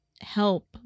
help